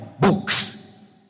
books